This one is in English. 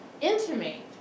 intimate